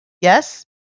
Yes